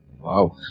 Wow